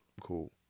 Cool